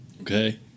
okay